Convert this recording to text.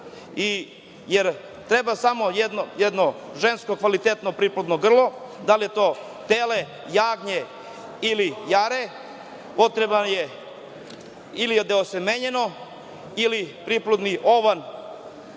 jer treba samo jedno žensko kvalitetno priplodno grlo, da li je to tele, jagnje ili jare ili je deosemenjeno ili priplodni ovan